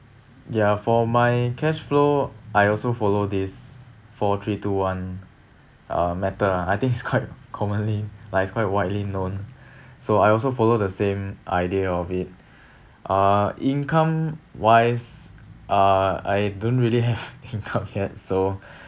ya for my cash flow I also follow this four three two one uh method ah I think it's quite commonly like it's quite widely known so I also follow the same idea of it uh income wise uh I don't really have income yet so